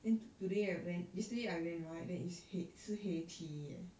then today I went yesterday I went right then is 是 HEYTEA eh